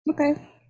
okay